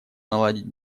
наладить